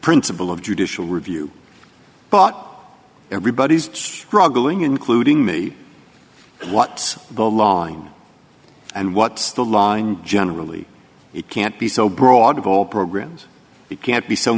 principle of judicial review but everybody's struggling including me what the law in and what's the line generally it can't be so broad of all programs it can't be so